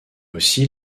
aussi